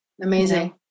Amazing